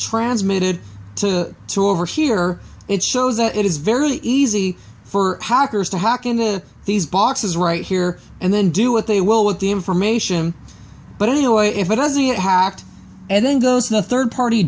transmitted to two over here it shows that it is very easy for hackers to hack into these boxes right here and then do what they will with the information but anyway if it doesn't get hacked and then goes to the third party